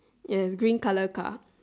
yes green colour car